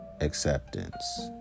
Acceptance